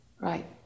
Right